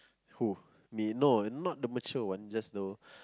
who me no not the mature one just know